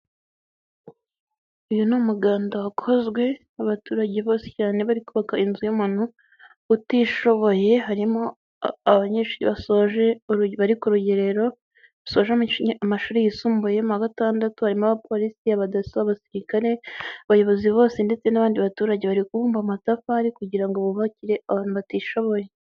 Uyu ni umuganda wakozwe n'abaturage bose cyane bari kubaka inzu y'umuntu utishoboye, harimo abanyeshuri basoje bari ku rugerero basoje amashuri yisumbuye mu wa gatandatu harimo abapolisi, abadaso, abasirikare, abayobozi bose ndetse n'abandi baturage bari kubumba amatafari kugira ngo bubakire abantu batishoboye.